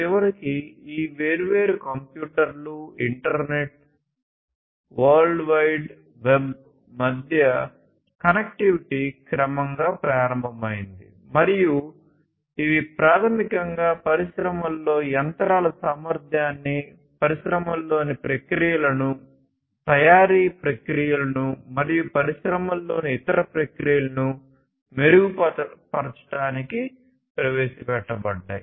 చివరికి ఈ వేర్వేరు కంప్యూటర్లు ఇంటర్నెట్ వరల్డ్ వైడ్ వెబ్ మధ్య కనెక్టివిటీ క్రమంగా ప్రారంభమైంది మరియు ఇవి ప్రాథమికంగా పరిశ్రమలలో యంత్రాల సామర్థ్యాన్ని పరిశ్రమలలోని ప్రక్రియలను తయారీ ప్రక్రియలను మరియు పరిశ్రమలలోని ఇతర ప్రక్రియలను మెరుగుపరచడానికి ప్రవేశపెట్టబడ్డాయి